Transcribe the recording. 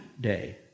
day